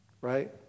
right